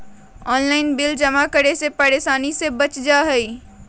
Online bill जमा करे से परेशानी से बच जाहई?